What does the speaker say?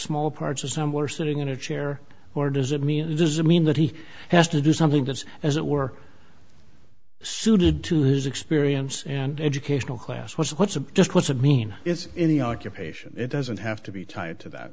small parts of someone or sitting in a chair or does it mean does it mean that he has to do something that's as it were suited to his experience and educational class what's the what's a just what's a mean is any occupation it doesn't have to be tied to that